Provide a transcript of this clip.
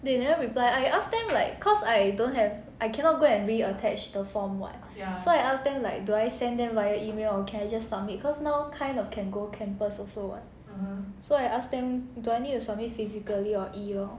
they never reply I ask them like cause I don't have I cannot go and re attach the form [what] so I asked them like do I send them via email or can I just submit cause now kind of can go campus also [what] so I ask them do I need to submit physically or email lor